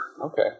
Okay